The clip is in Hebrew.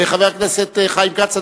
חבר הכנסת חיים כץ,